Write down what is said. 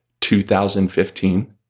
2015